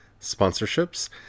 sponsorships